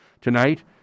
Tonight